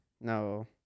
No